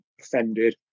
offended